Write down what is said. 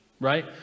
right